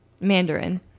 Mandarin